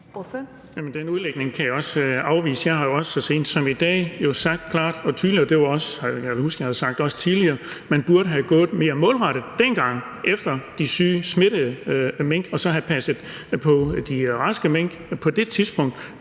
den udlægning kan jeg også afvise. Jeg har jo også så sent som i dag sagt klart og tydeligt, og det kan jeg huske at jeg også har sagt tidligere, at man burde have gået mere målrettet dengang efter de syge, smittede mink, og så have passet på de raske mink på det tidspunkt.